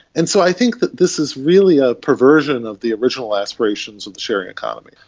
and so i think that this is really a perversion of the original aspirations of the sharing economy.